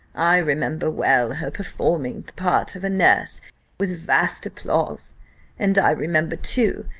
i remember well her performing the part of a nurse with vast applause and i remember, too,